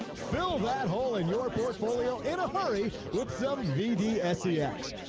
fill that hole in your portfolio in a hurry with some vd scx.